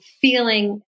feeling